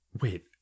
wait